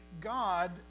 God